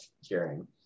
hearing